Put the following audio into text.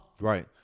Right